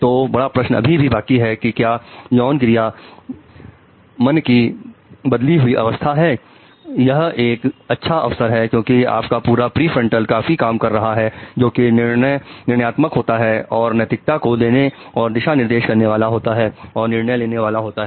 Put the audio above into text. तो बड़ा प्रश्न अभी भी बाकी है कि क्या यौन क्रिया मंकी बदली हुई अवस्था है यह एक अच्छा अवसर है क्योंकि आपका पूरा प्रिंफ्रंटल काफी कम काम कर रहा है जोकि निर्णय आत्मक होता है और नैतिकता को देने और दिशा निर्देश करने वाला होता है और निर्णय लेने वाला होता है